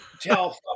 tell